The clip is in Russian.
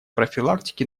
профилактике